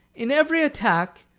in every attack,